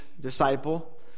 disciple